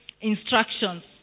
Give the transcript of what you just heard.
instructions